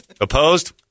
Opposed